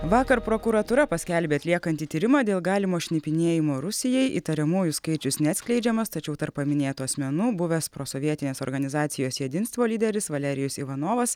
vakar prokuratūra paskelbė atliekanti tyrimą dėl galimo šnipinėjimo rusijai įtariamųjų skaičius neatskleidžiamas tačiau tarp paminėtų asmenų buvęs prosovietinės organizacijos jedinstvo lyderis valerijus ivanovas